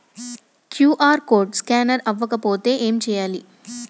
QR code scanner అవ్వకపోతే ఏం చేయాలి?